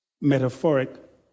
metaphoric